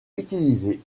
utilisé